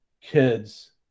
kids